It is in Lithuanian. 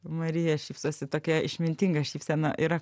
marija šypsosi tokia išmintinga šypsena yra